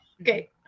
Okay